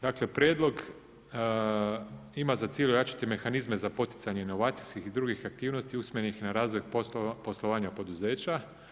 Dakle, prijedlog ima za cilj jačati mehanizme za poticanje inovacijskih i drugih aktivnosti usmjerenih na razvoj poslovanja poduzeća.